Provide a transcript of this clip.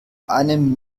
einem